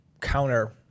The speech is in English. counter-